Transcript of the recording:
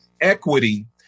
equity